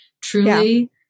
truly